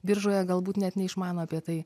biržoje galbūt net neišmano apie tai